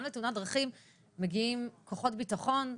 גם לתאונת דרכים מגיעים כוחות ביטחון,